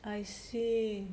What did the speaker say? I see